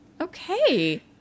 okay